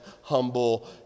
humble